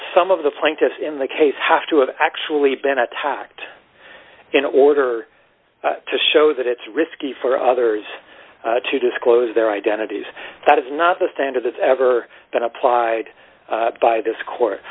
some of the plaintiffs in the case have to have actually been attacked in order to show that it's risky for others to disclose their identities that is not the standard that's ever been applied by this court